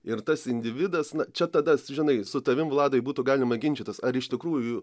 ir tas individas čia tada žinai su tavim vladai būtų galima ginčytis ar iš tikrųjų